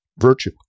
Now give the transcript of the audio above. virtue